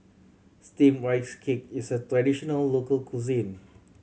Steamed Rice Cake is a traditional local cuisine